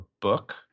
book